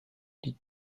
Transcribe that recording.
die